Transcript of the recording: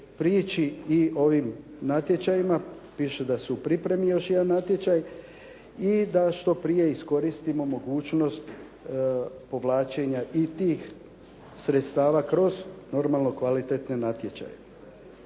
prije prići ovim natječajima, piše da su u pripremi još jedan natječaj i da što prije iskoristimo mogućnost povlačenja i tih sredstava kroz normalno kvalitetne natječaje.